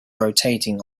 rotating